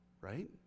right